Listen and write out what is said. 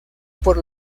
por